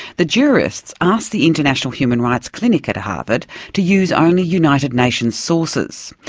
the jurists asked the international human rights clinic at harvard to use only united nations sources.